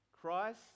Christ